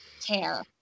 tear